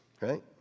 right